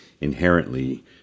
inherently